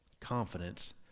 confidence